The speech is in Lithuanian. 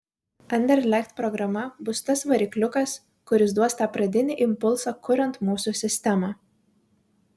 anderlecht programa bus tas varikliukas kuris duos tą pradinį impulsą kuriant mūsų sistemą